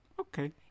Okay